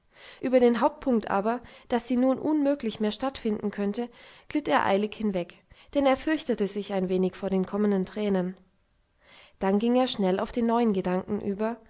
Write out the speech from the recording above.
über den hauptpunkt aber daß sie nun unmöglich mehr stattfinden könnte glitt er eilig hinweg denn er fürchtete sich ein wenig vor den kommenden tränen dann ging er schnell auf den neuen gedanken über